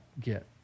get